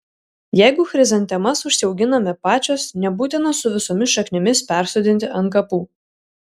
jeigu chrizantemas užsiauginame pačios nebūtina su visomis šaknimis persodinti ant kapų